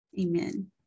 Amen